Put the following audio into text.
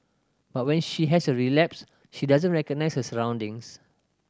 but when she has a relapse she doesn't recognise her surroundings